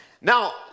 Now